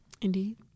Indeed